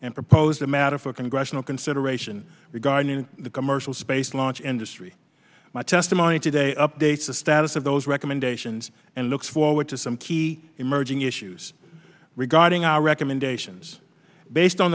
and proposed a matter for congressional consideration regarding the commercial space launch industry my testimony today updates the status of those recommendations and look forward to some key emerging issues regarding our recommendations based on